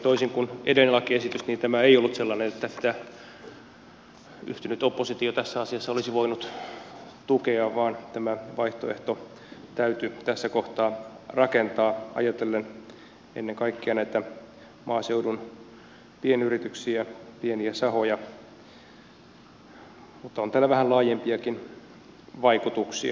toisin kuin edellinen lakiesitys niin tämä ei ollut sellainen että yhtynyt oppositio tässä asiassa olisi voinut tukea vaan tämä vaihtoehto täytyi tässä kohtaa rakentaa ajatellen ennen kaikkea näitä maaseudun pienyrityksiä pieniä sahoja mutta on tällä vähän laajempiakin vaikutuksia